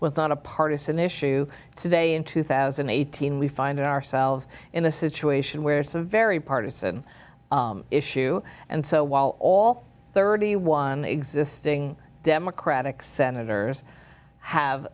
not a partisan issue today in two thousand and eighteen we find ourselves in a situation where it's a very partisan issue and so while all thirty one existing democratic senators have